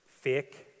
fake